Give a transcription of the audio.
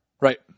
Right